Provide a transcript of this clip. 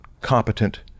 competent